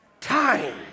time